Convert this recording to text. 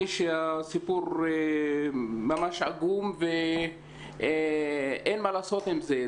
שהסיפור ממש עגום ואין מה לעשות עם זה.